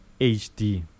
HD